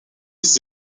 liste